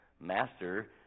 Master